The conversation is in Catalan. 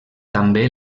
també